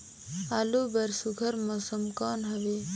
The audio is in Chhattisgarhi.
आलू बर सुघ्घर मौसम कौन हवे?